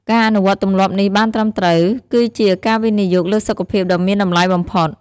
ការអនុវត្តទម្លាប់នេះបានត្រឹមត្រូវ គឺជាការវិនិយោគលើសុខភាពដ៏មានតម្លៃបំផុត។